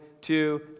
two